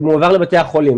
זה מועבר לבתי החולים,